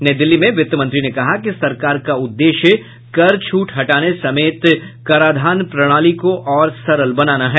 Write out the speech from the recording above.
नई दिल्ली में वित्त मंत्री ने कहा कि सरकार का उद्देश्य कर छूट हटाने समेत कराधान प्रणाली को और सरल बनाना है